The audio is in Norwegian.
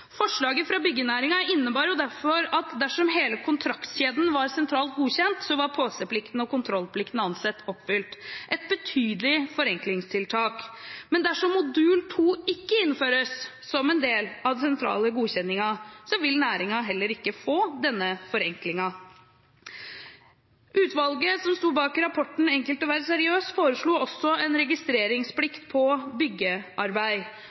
Forslaget fra byggenæringen innebar derfor at dersom hele kontraktskjeden var sentralt godkjent, var påseplikten og kontrollplikten ansett oppfylt – et betydelig forenklingstiltak. Men dersom modul 2 ikke innføres som en del av den sentrale godkjenningen, vil næringen heller ikke få denne forenklingen. Utvalget som sto bak rapporten Enkelt å være seriøs, foreslo også en registreringsplikt på byggearbeid.